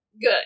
Good